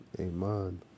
Amen